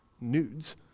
nudes